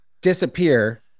disappear